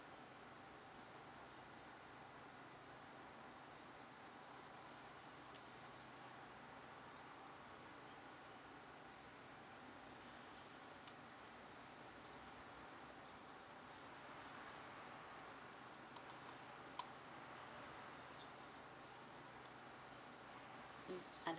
mm I